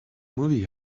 movie